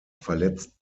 verletzt